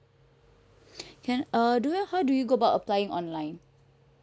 can uh do how do we go about applying online